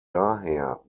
daher